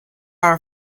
are